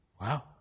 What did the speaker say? Wow